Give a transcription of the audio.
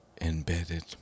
embedded